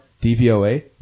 DVOA